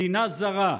מדינה זרה,